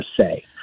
say